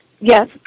yes